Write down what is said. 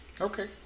Okay